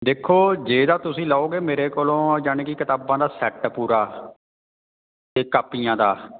ਦੇਖੋ ਜੇ ਤਾਂ ਤੁਸੀਂ ਲਓਗੇ ਮੇਰੇ ਕੋਲੋਂ ਯਾਨੀ ਕਿ ਕਿਤਾਬਾਂ ਦਾ ਸੈੱਟ ਪੂਰਾ ਅਤੇ ਕਾਪੀਆਂ ਦਾ